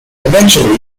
eventually